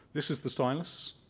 this is the stylus.